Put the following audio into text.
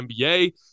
NBA